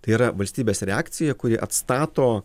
tai yra valstybės reakcija kuri atstato